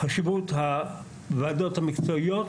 חשיבות הוועדות המקצועיות,